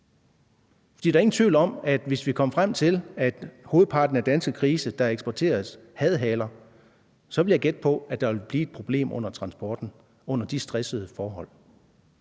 synes der skal fokus på. For hvis vi kom frem til, at hovedparten af danske grise, der eksporteres, havde haler, så vil jeg gætte på, at der ville blive et problem under transporten under de stressede forhold,